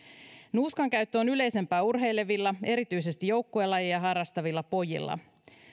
nuuskan käyttö on yleisempää urheilevilla erityisesti joukkuelajeja harrastavilla pojilla